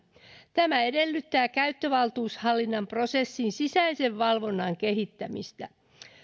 tämä edellyttää käyttövaltuushallinnan prosessin sisäisen valvonnan kehittämistä